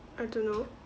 I don't know